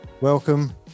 Welcome